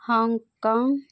Hong Kong